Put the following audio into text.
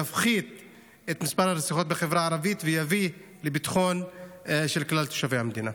יפחית את מספר הרציחות בחברה הערבית ויביא לביטחון של כלל תושבי המדינה.